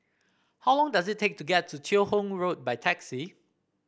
how long does it take to get to Teo Hong Road by taxi